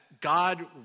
God